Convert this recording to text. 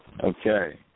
Okay